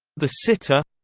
the sitter